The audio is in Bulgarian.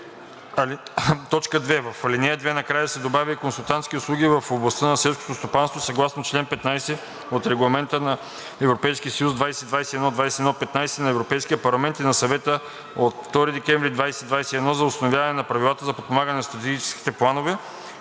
2. В ал. 2 накрая се добавя „и консултантски услуги в областта на селското стопанство съгласно чл. 15 от Регламент (ЕС) 2021/2115 на Европейския парламент и на Съвета от 2 декември 2021 г. за установяване на правила за подпомагане за стратегическите планове,